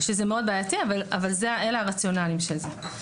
מה שמאוד בעייתי אבל אלה הרציונלים של זה.